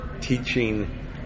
teaching